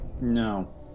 No